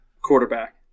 Quarterback